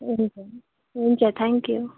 ए हुन्छ thank you